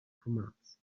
commands